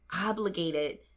obligated